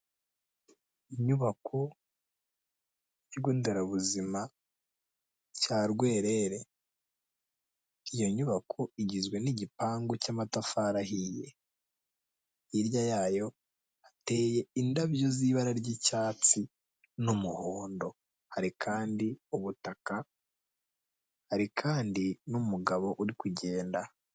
Inyubako kigo nderabuzima cya Rwerere, iyo nyubako igizwe n'igipangu cy'amatafari ahiye. Hirya yayo hateye indabyo z'ibara ry'icyatsi n'umuhondo. Hari kandi ubutaka, hari kandi n'umugabo uri kugenda.